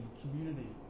community